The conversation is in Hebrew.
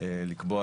לקבוע